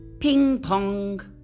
Ping-pong